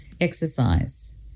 exercise